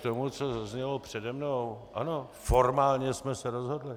K tomu, co zaznělo přede mnou ano, formálně jsme se rozhodli.